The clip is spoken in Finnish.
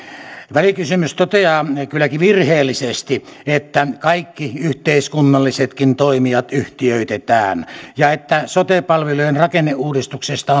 välikysymys toteaa kylläkin virheellisesti että kaikki yhteiskunnallisetkin toimijat yhtiöitetään ja että sote palvelujen rakenneuudistuksesta